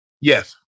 Yes